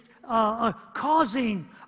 Causing